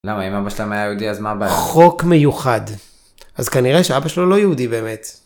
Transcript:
למה, אם אבא שלהם היה יהודי, אז מה הבעיה? חוק מיוחד. אז כנראה שאבא שלו לא יהודי באמת.